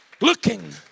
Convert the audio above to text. Looking